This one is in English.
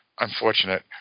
unfortunate